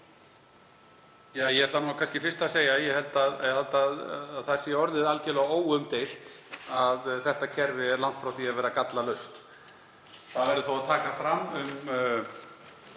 Ég ætla kannski fyrst segja að ég held að það sé orðið algjörlega óumdeilt að þetta kerfi er langt frá því að vera gallalaust. Það verður þó að taka fram að